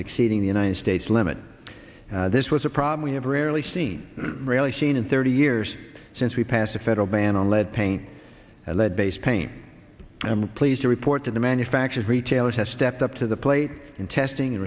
exceeding the united states limit this was a problem we have rarely seen really seen in thirty years since we passed a federal ban on lead paint lead based paint i'm pleased to report to the manufacturers retailers have stepped up to the plate in testing in